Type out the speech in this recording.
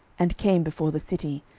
and came before the city,